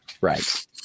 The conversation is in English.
right